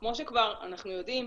וכמו שכבר אנחנו יודעים,